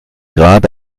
grad